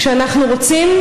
כשאנחנו רוצים,